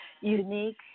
unique